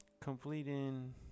completing